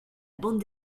bande